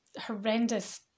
horrendous